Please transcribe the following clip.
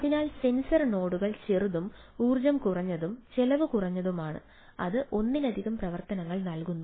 അതിനാൽ സെൻസർ നോഡുകൾ ചെറുതും ഊർജ്ജം കുറഞ്ഞതും ചെലവ് കുറഞ്ഞതുമാണ് അത് ഒന്നിലധികം പ്രവർത്തനങ്ങൾ നൽകുന്നു